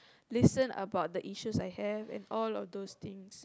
listen about the issues I have and all of those things